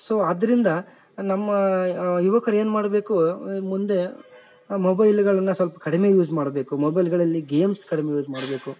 so ಆದ್ದರಿಂದ ನಮ್ಮ ಯುವಕರೇನು ಮಾಡಬೇಕು ಮುಂದೆ ಮೊಬೈಲ್ಗಳನ್ನ ಸೊಲ್ಪ ಕಡಿಮೆ ಯೂಸ್ ಮಾಡಬೇಕು ಮೊಬೈಲ್ಗಳಲ್ಲಿ ಗೇಮ್ಸ್ ಕಡಿಮೆ ಯೂಸ್ ಮಾಡಬೇಕು